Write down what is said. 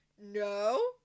no